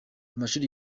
amashuri